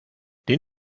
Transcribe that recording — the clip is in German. den